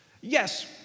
Yes